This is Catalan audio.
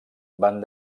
van